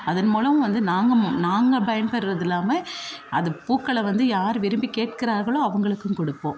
அதன் மூலம் வந்து நாங்கள் நாங்கள் பயன்பெறது இல்லாமல் அது பூக்களை வந்து யார் விரும்பி கேட்கிறார்களோ அவங்களுக்கும் கொடுப்போம்